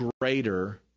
greater